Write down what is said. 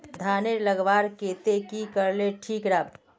धानेर लगवार केते की करले ठीक राब?